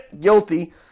guilty